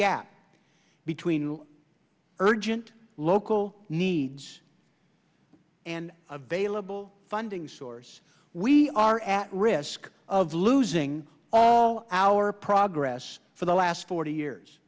gap between new urgent local needs and available funding source we are at risk of losing all our progress for the last forty years